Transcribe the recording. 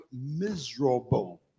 miserable